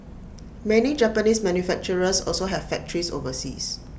many Japanese manufacturers also have factories overseas